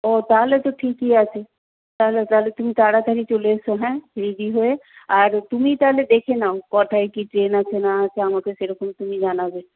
ও তাহলে তো ঠিকই আছে তাহলে তাহলে তুমি তাড়াতাড়ি চলে এসো হ্যাঁ রেডি হয়ে আর তুমি তাহলে দেখে নাও কটায় কী ট্রেন আছে না আছে আমাকে সেরকম তুমি জানাবে